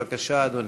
בבקשה, אדוני.